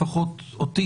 לפחות אותי,